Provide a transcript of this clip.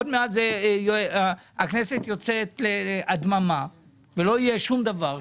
עוד מעט הכנסת יוצאת להדממה ולא יהיה שום דבר,